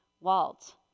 Walt